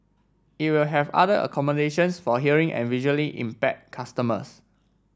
it will have other accommodations for hearing and visually impaired customers